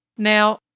Now